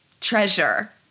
treasure